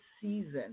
season